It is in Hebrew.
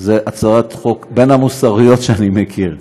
זאת הצעת חוק מהמוסריות שאני מכיר.